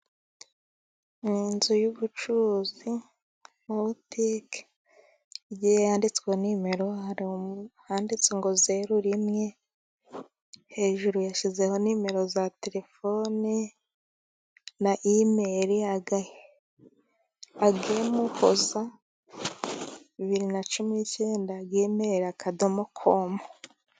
Ni inzu y'ubucuruzi, nka butike, igiye yanditseho nimero hari ahanditse ngo zeru rimwe, hejuru yashyizeho nimero za terefone, na imeri: angemuhoza2019gimeri akadomo komu.